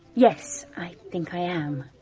yes. i think i am.